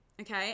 Okay